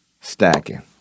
stacking